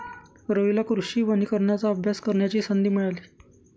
रवीला कृषी वनीकरणाचा अभ्यास करण्याची संधी मिळाली